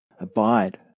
Abide